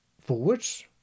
forwards